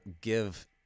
give